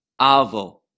avo